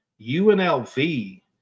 UNLV